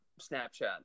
Snapchat